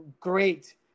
great